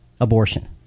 abortion